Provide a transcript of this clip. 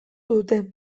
dute